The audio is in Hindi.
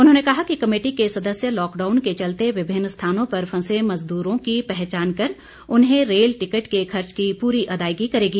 उन्होंने कहा कि कमेटी के सदस्य लॉकडाउन के चलते विभिन्न स्थानों पर फंसे मजदूरों की पहचान कर उन्हे रेल टिकट के खर्च की पूरी आदायगी करेगी